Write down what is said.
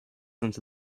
into